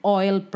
oil